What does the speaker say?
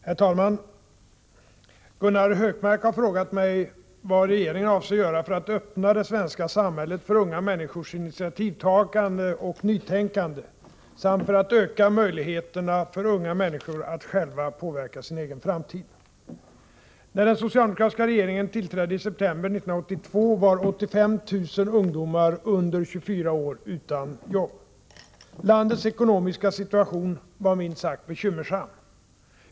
Herr talman! Gunnar Hökmark har frågat mig vad regeringen avser göra för att öppna det svenska samhället för unga människors initiativtagande och nytänkande samt för att öka möjligheterna för unga människor att själva påverka sin egen framtid. När den socialdemokratiska regeringen tillträdde i september 1982 var 85 000 ungdomar under 24 år utan jobb. Landets ekonomiska situation var minst sagt bekymmersam.